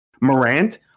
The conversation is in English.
Morant